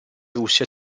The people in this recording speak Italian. russia